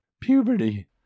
puberty